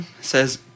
says